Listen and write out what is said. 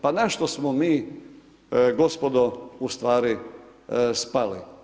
Pa na što smo mi gospodo ustvari spali?